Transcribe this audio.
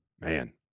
Man